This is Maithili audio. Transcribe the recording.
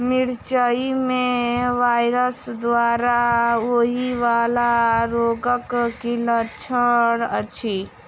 मिरचाई मे वायरस द्वारा होइ वला रोगक की लक्षण अछि?